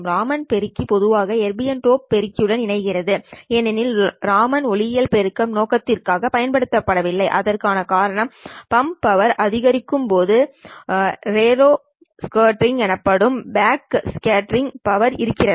ராமன் பெருக்கி பொதுவாக erbium dope பெருக்கியுடன் இணைக்கப்படுகிறது ஏனெனில் ராமன் ஒளியியல் பெருக்கம் நோக்கங்களுக்காகப் பயன்படுத்தப்படுவதில்லை அதற்கான காரணம் பம்ப் பவர் அதிகரிக்கும் போது ரேலே ஸ்கேட்டரிங் எனப்படும் பேக் ஸ்கேட்டரிங் பவர் இருக்கிறது